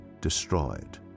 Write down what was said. destroyed